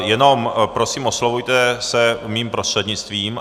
Jenom prosím, oslovujte se mým prostřednictvím.